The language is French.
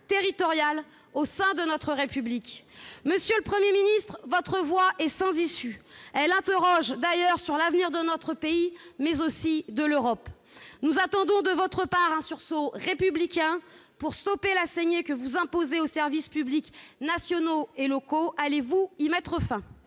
territoriale au sein de notre République ? Monsieur le Premier ministre, la voie que vous avez choisie est sans issue, et elle interroge sur l'avenir de notre pays et de l'Europe. Nous attendons de votre part un sursaut républicain pour stopper la saignée que vous imposez aux services publics nationaux et locaux. Allez-vous y mettre fin ?